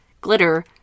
glitter